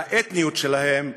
והאתניות שלהם,